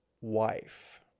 wife